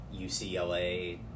UCLA